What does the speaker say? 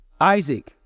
Isaac